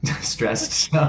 stressed